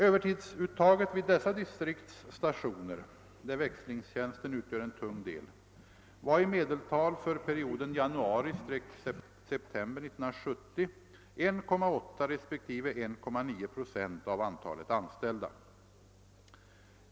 Övertidsuttaget vid dessa distrikts stationer — där växlingstjänsten utgör en tung del — var i medeltal för perioden januari—-september 1970 1,8 respektive 1,9 procent av antalet anställda.